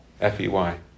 F-E-Y